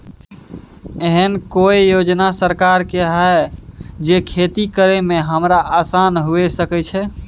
एहन कौय योजना सरकार के है जै खेती करे में हमरा आसान हुए सके छै?